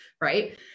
Right